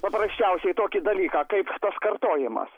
paprasčiausiai tokį dalyką kaip tas kartojimas